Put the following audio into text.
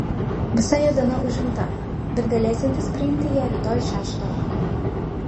visa jo diena užimta bet galėsiantis priimti ją rytoj šeštą vakaro